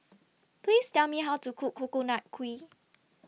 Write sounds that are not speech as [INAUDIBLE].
[NOISE] Please Tell Me How to Cook Coconut Kuih